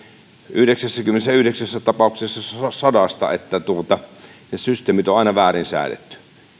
yhdeksässäkymmenessäyhdeksässä tapauksessa sadasta että ne systeemit on aina väärin säädetty